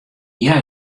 hja